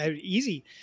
easy